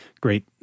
Great